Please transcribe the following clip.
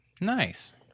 Nice